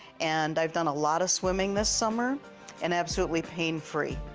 and i've done a lot of swimming this summer and absolutely pain free.